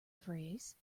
phrase